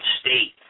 state